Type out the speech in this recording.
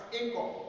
income